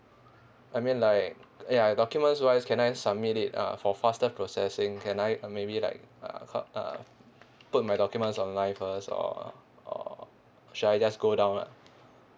I mean like ya documents wise can I submit it uh for faster processing can I um maybe like uh ca~ uh put my documents online first or or should I just go down lah